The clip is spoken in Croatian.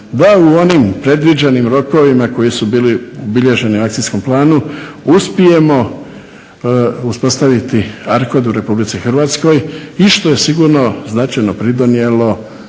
da u onim predviđenim rokovima koji su bili obilježeni u akcijskom planu uspijemo uspostaviti ARCOD u Republici Hrvatskoj i što je sigurno značajno pridonijelo